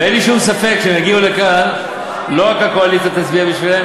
ואין לי שום ספק שכשהן יגיעו לכאן לא רק הקואליציה תצביע בשבילן,